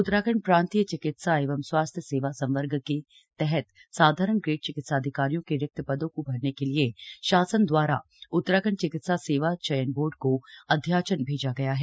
उत्तराखण्ड प्रान्तीय चिकित्सा एवं स्वास्थ्य सेवा संवर्ग के तहत साधारण ग्रेड चिकित्साधिकारियों के रिक्त पदों को भरने के लिए शासन द्वारा उत्तराखण्ड चिकित्सा सेवा चयन बोर्ड को अध्याचन भेजा गया है